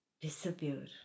disappear